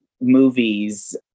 movies